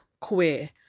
queer